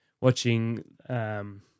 watching –